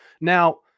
Now